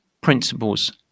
principles